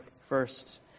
first